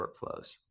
workflows